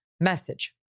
message